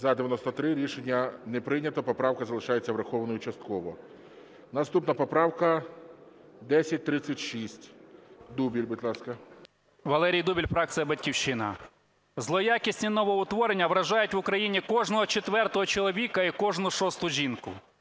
За-93 Рішення не прийнято. Поправка залишається врахованою частково. Наступна поправка 1036. Дубіль, будь ласка. 13:09:29 ДУБІЛЬ В.О. Валерій Дубіль, фракція "Батьківщина". Злоякісні новоутворення вражають в Україні кожного четвертого чоловіка і кожну шосту жінку.